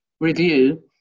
review